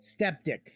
Steptic